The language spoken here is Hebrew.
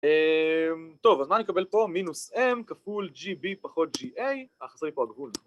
טוב, אז מה נקבל פה? מינוס m כפול gb פחות ga, חסר לי פה הגבול